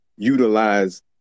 utilize